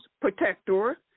protector